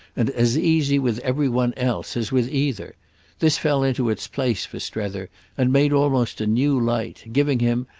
and as easy with every one else as with either this fell into its place for strether and made almost a new light, giving him,